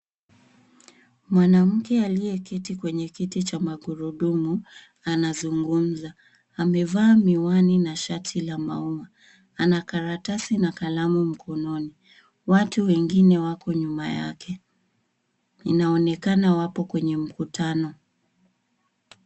Mwanamke aliyeketi kwenye kiti cha magurudumu anazungumza. Amevaa miwani na shati la maua. Ana karatasi na kalamu mkononi. Watu wengine wako nyuma yake. Inaonekana wapo kwenye mkutano.